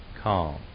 calm